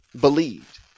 believed